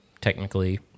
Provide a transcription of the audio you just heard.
technically